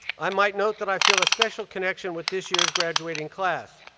i might note that i feel a special connection with this year's graduating class.